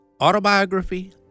Autobiography